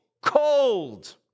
cold